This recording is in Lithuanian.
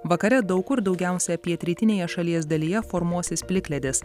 vakare daug kur daugiausia pietrytinėje šalies dalyje formuosis plikledis